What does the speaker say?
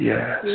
Yes